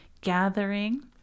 gathering